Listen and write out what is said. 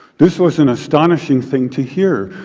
this was an astonishing thing to hear,